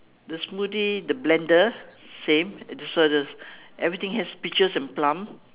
the smoothie the blender same so there's everything has peaches and plum